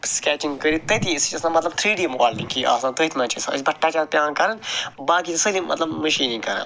sketching کرتھ تتی سُہ چھُ آسان مطلب تھرٛی ڈی ماڈلنٛگٕے آسان تٔتھۍ منٛز چھُ آسان بس چھِ پیٚوان کرٕنۍ باقٕے چھِ سٲلِم مطلب مشینٔے کران